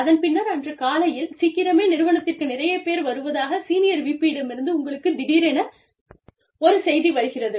அதன் பின்னர் அன்று காலையில் சீக்கிரமே நிறுவனத்திற்கு நிறையப் பேர் வருவதாக சீனியர் VP யிடமிருந்து உங்களுக்கு திடீரென ஒரு செய்தி வருகிறது